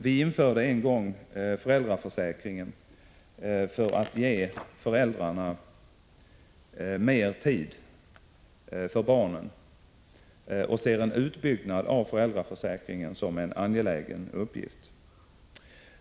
Vi införde en gång föräldraförsäkringen för att ge föräldrarna mer tid för barnen och ser en utbyggnad av föräldraförsäkringen som en angelägen uppgift.